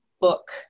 book